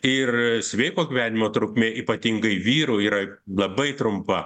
ir sveiko gyvenimo trukmė ypatingai vyrų yra labai trumpa